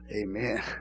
Amen